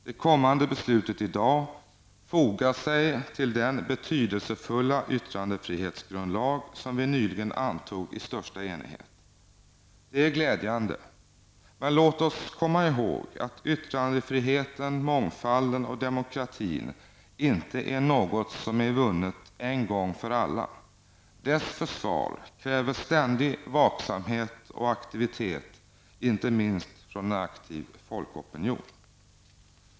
Det kommande beslutet i dag fogar sig till den betydelsefulla yttrandefrihetsgrundlag som riksdagen nyligen fattat beslut om i största enighet. Det är glädjande. Men låt oss komma ihåg att yttrandefriheten, mångfalden och demokratin inte är något som är vunnet en gång för alla. Försvaret av dessa värden kräver ständig vaksamhet och aktivitet, inte minst från en aktiv folkopinion.